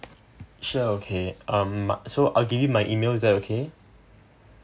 sure okay um so I'll give you my email is that okay